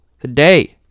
today